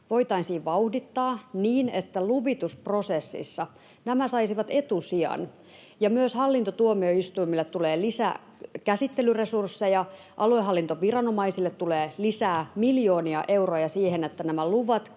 voitaisiin vauhdittaa niin, että luvitusprosessissa nämä saisivat etusijan, ja myös hallintotuomioistuimille tulee lisää käsittelyresursseja, aluehallintoviranomaisille tulee lisää miljoonia euroja siihen, että nämä luvat